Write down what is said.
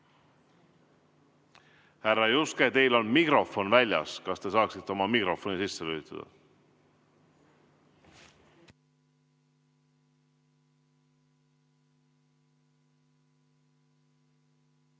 Härra Juske, teil on mikrofon väljas. Kas te saaksite oma mikrofoni sisse lülitada?